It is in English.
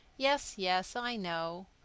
yes, yes, i know.